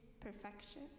perfection